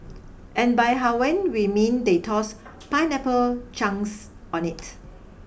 and by Hawaiian we mean they tossed pineapple chunks on it